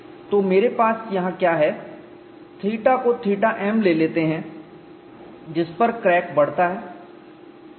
तो मेरे पास यहाँ क्या है θ को θm ले लेते हैं जिस पर क्रैक बढ़ता है